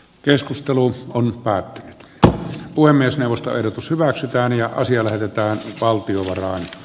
keskustelu on päätetty että puhemiesneuvosto ehdotus hyväksytään ja ansiolevyttää valtion eroa